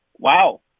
Wow